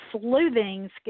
sleuthing